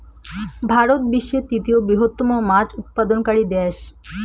ভারত বিশ্বের তৃতীয় বৃহত্তম মাছ উৎপাদনকারী দেশ